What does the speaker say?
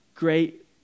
great